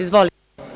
Izvolite.